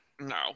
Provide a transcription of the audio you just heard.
No